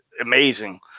amazing